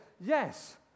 yes